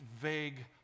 vague